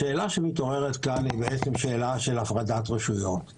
השאלה שמתעוררת כאן היא בעצם שאלה של הפרדת רשויות.